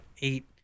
eight